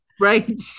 right